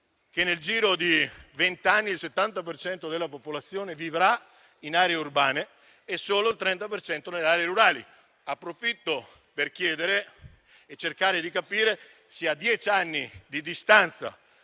che nel giro di vent'anni il 70 per cento della popolazione vivrà in aree urbane e solo il 30 per cento nelle aree rurali. Approfitto per chiedere e cercare di capire se, a dieci anni di distanza